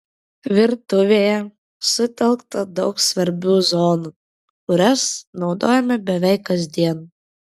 virtuvėje sutelkta daug svarbių zonų kurias naudojame beveik kasdien